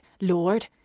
Lord